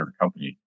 company